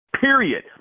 period